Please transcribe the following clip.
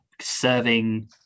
serving